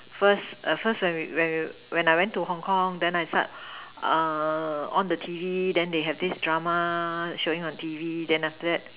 first first when we when we when I went to Hong-Kong then I start on the T_V then they have this drama showing on the T_V then after that